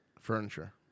furniture